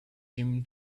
seem